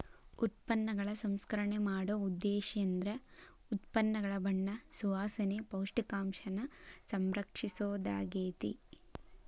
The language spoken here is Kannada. ಉತ್ಪನ್ನಗಳ ಸಂಸ್ಕರಣೆ ಮಾಡೊ ಉದ್ದೇಶೇಂದ್ರ ಉತ್ಪನ್ನಗಳ ಬಣ್ಣ ಸುವಾಸನೆ, ಪೌಷ್ಟಿಕಾಂಶನ ಸಂರಕ್ಷಿಸೊದಾಗ್ಯಾತಿ